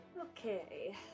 Okay